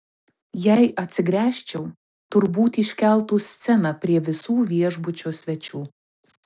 jei atsigręžčiau turbūt iškeltų sceną prie visų viešbučio svečių